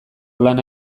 lana